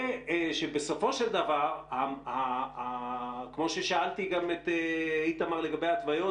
ושבסופו של דבר כמו ששאלתי גם את איתמר לגבי ההתוויות